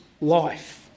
life